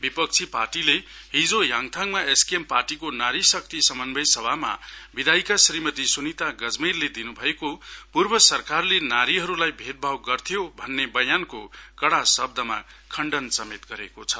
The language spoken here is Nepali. विपक्षी पार्टीले हिजो याङथाङमा एसकेएम पार्टीको नारी शक्ति समन्वय सभामा विधायिका श्रीमति सुनिता गजमेरले दिएको पूर्व सरकारले नारीहरूलाई भेटभाव गर्थ्यो भन्ने बयानको कडा शब्दमा खण्डन गरेको छ